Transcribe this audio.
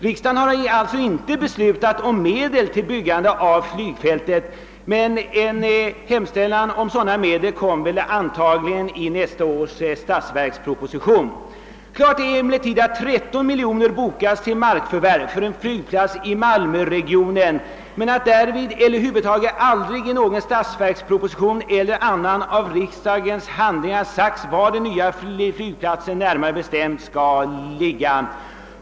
Riksdagen har alltså inte beslutat om anslag till byggande av flygfältet; en hemställan om anslag för detta ändamål kommer dock antagligen i nästa års statsverksproposition. Klart är emellertid att 13 miljoner kronor bokats till markförvärv för en flygplats i malmöregionen. Men därvid har aldrig i någon statsverksproposition eller någon annan av riksdagens handlingar utsagts var den nya flygplatsen närmare bestämt skall ligga.